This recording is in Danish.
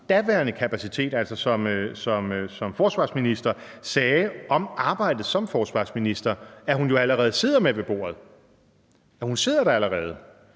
daværende kapacitet, altså som forsvarsminister – sagde om arbejdet som forsvarsminister, at hun jo allerede sad med ved bordet. Når hun sad der allerede,